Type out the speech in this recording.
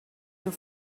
your